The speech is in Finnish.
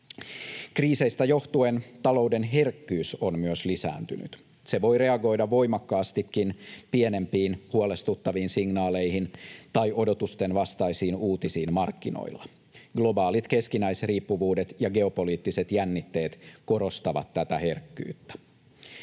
Kriiseistä johtuen talouden herkkyys on myös lisääntynyt. Se voi reagoida voimakkaastikin pienempiin, huolestuttaviin signaaleihin tai odotusten vastaisiin uutisiin markkinoilla. Globaalit keskinäisriippuvuudet ja geopoliittiset jännitteet korostavat tätä herkkyyttä.